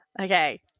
Okay